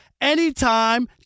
anytime